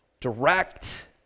direct